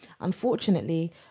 unfortunately